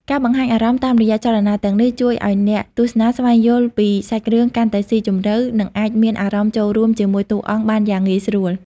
ការបង្ហាញអារម្មណ៍តាមរយៈចលនាទាំងនេះ ជួយឲ្យអ្នកទស្សនាស្វែងយល់ពីសាច់រឿងកាន់តែស៊ីជម្រៅ និងអាចមានអារម្មណ៍ចូលរួមជាមួយតួអង្គបានយ៉ាងងាយស្រួល។